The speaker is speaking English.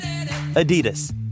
Adidas